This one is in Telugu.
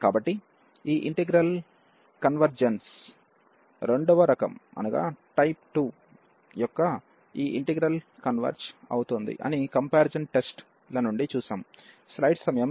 కాబట్టి ఈ ఇంటిగ్రల్ కన్వెర్జెన్స్ రెండవ రకం యొక్క ఈ ఇంటిగ్రల్ కన్వెర్జ్ అవుతుంది అని కంపారిజాన్ టెస్ట్ ల నుండి చూశాము